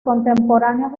contemporáneos